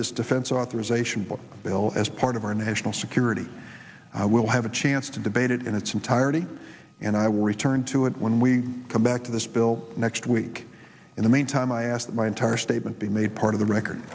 this defense authorization bill as part of our national security i will have a chance to debate it in its entirety and i will return to it when we come back to this bill next week in the meantime i ask my entire statement be made part of the record